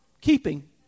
keeping